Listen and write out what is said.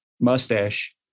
mustache